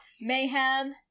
Mayhem